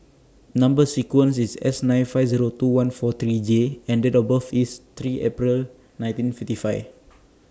Number sequence IS S nine five Zero two one four three J and Date of birth IS three April nineteen fifty five